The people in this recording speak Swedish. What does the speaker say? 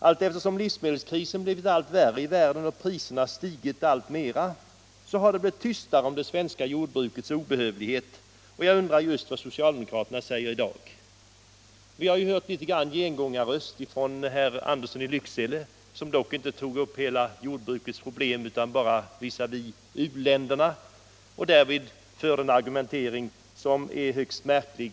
Allteftersom livsmedelskrisen blivit värre i världen och priserna stigit har det blivit tystare om det svenska jordbrukets obehövlighet, och jag undrar just vad socialdemokraterna säger i dag. Vi har hört något av en gengångarröst från herr Andersson i Lycksele, som dock inte tog upp jordbrukets problem i stort utan bara problemen visavi u-länderna och därvid förde en argumentering som är högst märklig.